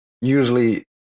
usually